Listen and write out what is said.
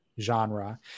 genre